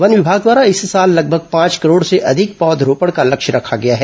one विमाग द्वारा इस साल लगभग पांच करोड से अधिक पौधरोपण का लक्ष्य रखा गया है